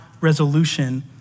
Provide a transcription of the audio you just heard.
resolution